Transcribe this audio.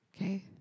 Okay